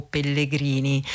Pellegrini